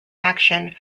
action